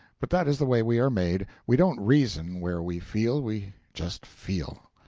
but that is the way we are made we don't reason, where we feel we just feel.